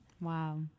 Wow